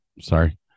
sorry